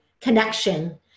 Connection